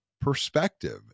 perspective